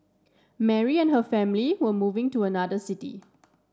Mary and her family were moving to another city